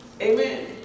Amen